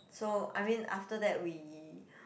so I mean after that we